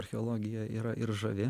archeologija yra ir žavi